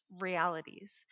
realities